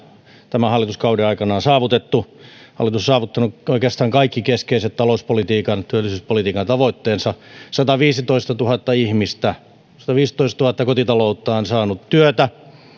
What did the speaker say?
tämän hallituskauden aikana on saavutettu hallitus on saavuttanut oikeastaan kaikki keskeiset talouspolitiikan ja työllisyyspolitiikan tavoitteensa sataviisitoistatuhatta ihmistä sataviisitoistatuhatta kotitaloutta on saanut työtä